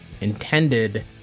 intended